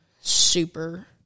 Super